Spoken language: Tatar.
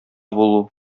булу